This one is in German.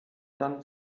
dann